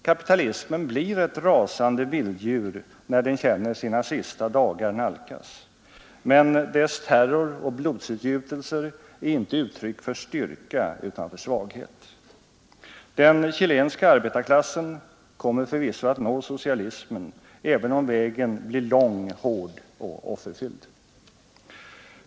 Kapitalismen blir ett rasande vilddjur när den känner sina sista dagar nalkas, men dess terror och blodsutgjutelser är inte uttryck för styrka, utan för svaghet. Den chilenska arbetarklassen kommer förvisso att nå socialismen, även om vägen blir lång, hård och offerfylld.